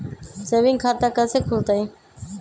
Saving खाता कैसे खुलतई?